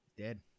Dead